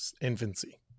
infancy